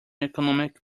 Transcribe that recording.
economic